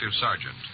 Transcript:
sergeant